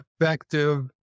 effective